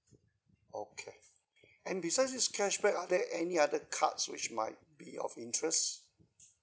okay and besides this cashback are there any other cards which might be of interest